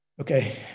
Okay